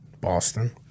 Boston